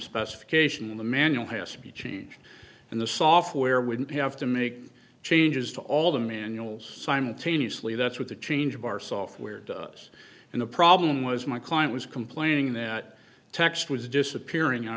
cation the manual has to be changed and the software would have to make changes to all the manuals simultaneously that's what the change of our software does and the problem was my client was complaining that text was disappearing out